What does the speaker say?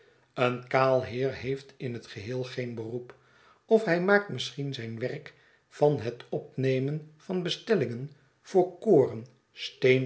een kaal heer heeft in het geheel geen beroep of hij maakt misschien zijn werk van het opnemen van bestellingen voor koren